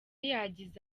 yagize